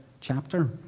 chapter